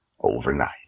overnight